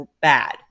bad